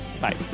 Bye